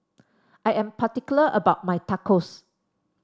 I am particular about my Tacos